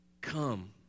Come